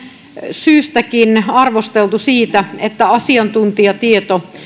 syystäkin arvosteltu siitä että asiantuntijatieto